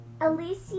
Alicia